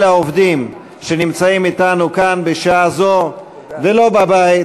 העובדים שנמצאים אתנו כאן בשעה זו ולא בבית,